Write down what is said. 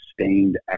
sustained